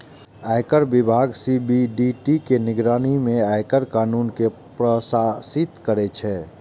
आयकर विभाग सी.बी.डी.टी के निगरानी मे आयकर कानून कें प्रशासित करै छै